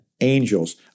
angels